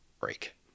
break